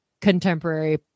contemporary